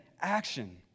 action